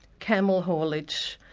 camel haulage,